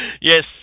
Yes